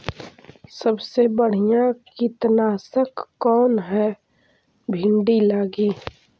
सबसे बढ़िया कित्नासक कौन है भिन्डी लगी?